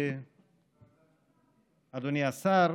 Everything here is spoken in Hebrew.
אדוני השר,